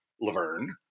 Laverne